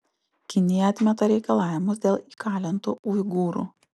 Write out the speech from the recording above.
kinija atmeta reikalavimus dėl įkalintų uigūrų